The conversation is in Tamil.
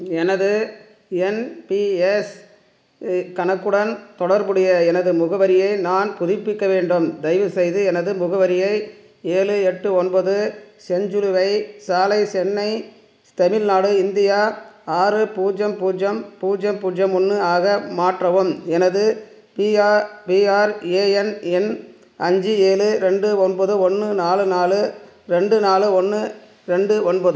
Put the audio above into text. எனது என்பிஎஸ் கணக்குடன் தொடர்புடைய எனது முகவரியை நான் புதுப்பிக்க வேண்டும் தயவுசெய்து எனது முகவரியை ஏழு எட்டு ஒன்பது செஞ்சிலுவைச் சாலை சென்னை தமிழ்நாடு இந்தியா ஆறு பூஜ்யம் பூஜ்யம் பூஜ்யம் பூஜ்யம் ஒன்று ஆக மாற்றவும் எனது பிஆர் பிஆர்ஏஎன் எண் அஞ்சு ஏழு ரெண்டு ஒன்பது ஒன்று நாலு நாலு ரெண்டு நாலு ஒன்று ரெண்டு ஒன்பது